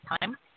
time